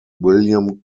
william